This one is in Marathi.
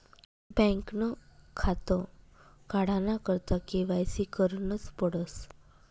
बँकनं खातं काढाना करता के.वाय.सी करनच पडस